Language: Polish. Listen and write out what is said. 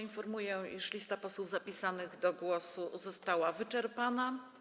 Informuję, iż lista posłów zapisanych do głosu została wyczerpana.